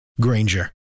Granger